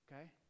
Okay